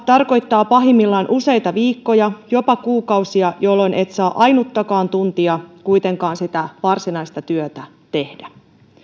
tarkoittaa pahimmillaan useita viikkoja jopa kuukausia jolloin et saa ainuttakaan tuntia kuitenkaan sitä varsinaista työtä tehdä